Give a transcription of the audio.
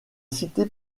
cités